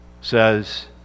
says